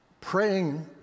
praying